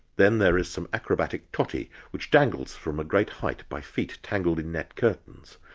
then there is some acrobatic totty which dangles from a great height by feet tangled in net curtains.